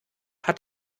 hat